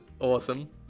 awesome